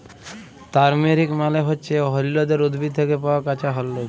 turmeric মালে হচ্যে হল্যদের উদ্ভিদ থ্যাকে পাওয়া কাঁচা হল্যদ